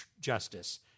justice